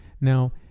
Now